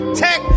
tech